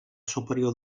superior